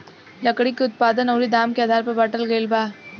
लकड़ी के उत्पादन अउरी दाम के आधार पर बाटल गईल बा